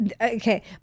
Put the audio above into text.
okay